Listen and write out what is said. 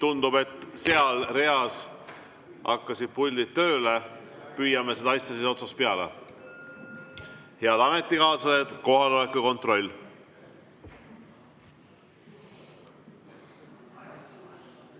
tundub, et seal reas hakkasid puldid tööle, püüame seda asja otsast peale [teha]. Head ametikaaslased, kohaloleku kontroll.